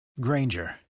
Granger